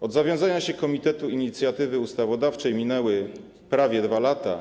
Od zawiązania się Komitetu Inicjatywy Ustawodawczej minęły prawie 2 lata.